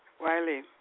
Wiley